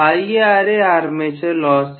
professor IaRa armature loss है